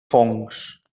fongs